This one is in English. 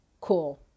cool